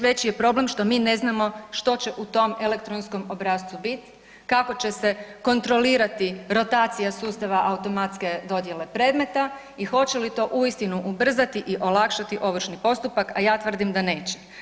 Veći je problem što mi ne znamo što će u tom elektronskom obrascu biti, kako će se kontrolirati rotacija sustava automatske dodjele predmeta i hoće li to uistinu ubrzati i olakšati ovršni postupak, a ja tvrdim da neće.